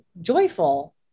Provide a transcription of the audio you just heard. joyful